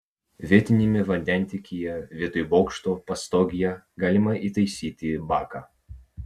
vietiniame vandentiekyje vietoj bokšto pastogėje galima įtaisyti baką